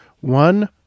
one